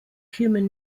human